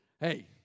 Hey